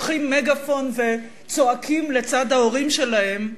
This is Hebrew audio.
לוקחים מגאפון וצועקים לצד ההורים שלהם,